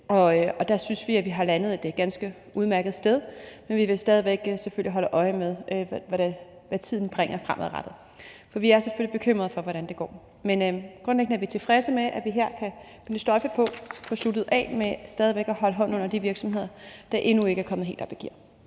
Vi synes, at vi har landet det et ganske udmærket sted, men vi vil selvfølgelig stadig væk holde øje med, hvad tiden bringer fremadrettet, for vi er selvfølgelig bekymrede for, hvordan det går. Men grundlæggende er vi tilfredse med, at vi her kan binde en sløjfe på det og få sluttet af med stadig væk at holde hånden under de virksomheder, der endnu ikke er kommet helt op i gear.